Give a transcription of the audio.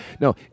No